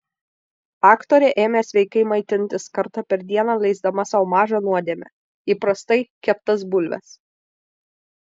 aktorė ėmė sveikai maitintis kartą per dieną leisdama sau mažą nuodėmę įprastai keptas bulves